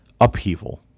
upheaval